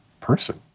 person